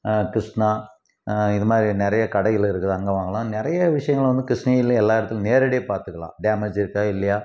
கிருஷ்ணா இது மாதிரி நிறைய கடைகள் இருக்குது அங்கே வாங்கலாம் நிறைய விஷயங்கள் வந்து கிருஷ்ணகிரியில் எல்லா இடத்துலையும் நேரடியாக பார்த்துக்கலாம் டேமேஜ் இருக்கா இல்லையா